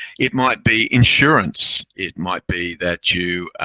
it might be insurance. it might be that you